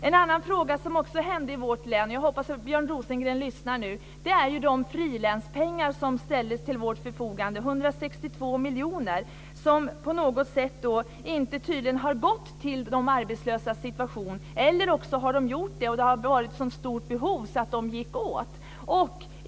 En annan sak som hände i vårt län var att de frilänspengar som ställdes till vårt förfogande, 162 miljoner kronor, tydligen inte gick till åtgärder för de arbetslösa. Eller också gjorde de det, och det var ett så stort behov att de gick åt.